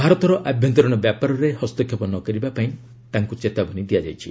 ଭାରତର ଆଭ୍ୟନ୍ତରୀଣ ବ୍ୟାପାରରେ ହସ୍ତକ୍ଷେପ ନ କରିବା ପାଇଁ ତାଙ୍କୁ ଚେତାବନୀ ଦିଆଯାଇଛି